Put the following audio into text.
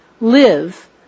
live